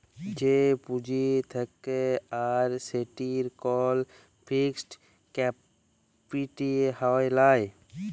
যে পুঁজি থাক্যে আর সেটির কল ফিক্সড ক্যাপিটা হ্যয় লায়